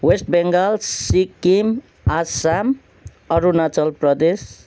West Bengal Sikkim Assam Arunachal Pradesh